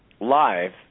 live